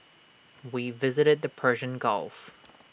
we visited the Persian gulf